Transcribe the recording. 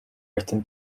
written